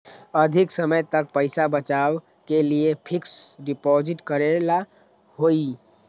अधिक समय तक पईसा बचाव के लिए फिक्स डिपॉजिट करेला होयई?